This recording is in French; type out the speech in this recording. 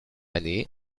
année